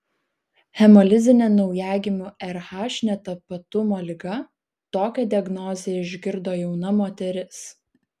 hemolizinė naujagimių rh netapatumo liga tokią diagnozę išgirdo jauna moteris